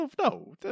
No